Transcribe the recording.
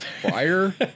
fire